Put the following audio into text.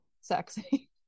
sexy